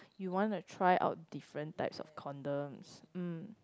you want to try out different types of condoms mm